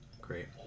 Great